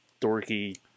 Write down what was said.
dorky